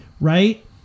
right